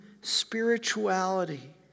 spirituality